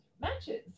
matches